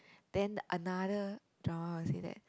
then another drama will say that